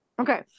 Okay